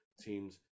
teams